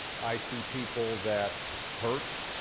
i see people that hurt.